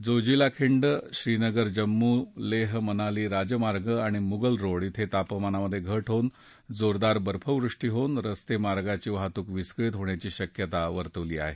जोजिला खिंड श्रीनगर जम्मू लेह मनाली राजमार्ग आणि मुगल रोड क्षे तापमानात घट होऊन जोरदार बर्फवृष्टी होऊन रस्ते मार्गाची वाहतूक विस्कळीत होण्याची शक्यता वर्तवली आहे